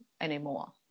anymore